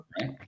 right